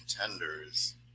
contenders